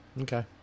okay